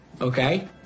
Okay